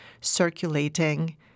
circulating